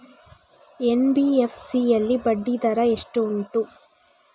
NBFC ಯಲ್ಲಿ ಬಡ್ಡಿ ದರ ಎಷ್ಟು ಉಂಟು?